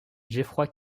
geoffrey